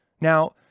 Now